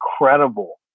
incredible